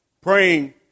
praying